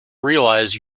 realize